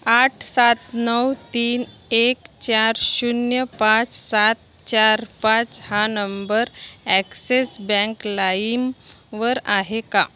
आठ सात नऊ तीन एक चार शून्य पाच सात चार पाच हा नंबर ॲक्सिस बँक लाईम वर आहे का